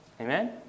Amen